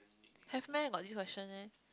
have meh got this question meh